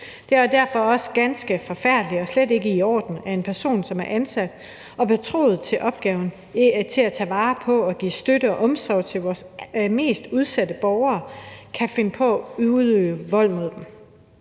Det er derfor også ganske forfærdeligt og slet ikke i orden, at en person, som er ansat til og betroet opgaven med at tage vare på og give støtte og omsorg til vores mest udsatte borgere, kan finde på at udøve vold mod dem.